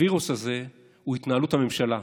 הווירוס הזה הוא התנהלות הממשלה,